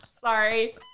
Sorry